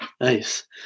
Nice